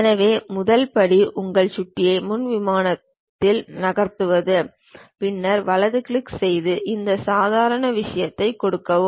எனவே முதல் படி உங்கள் சுட்டியை முன் விமானத்தில் நகர்த்துவது பின்னர் வலது கிளிக் செய்து இந்த சாதாரண விஷயத்தை சொடுக்கவும்